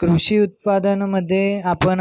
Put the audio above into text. कृषी उत्पादनामध्ये आपण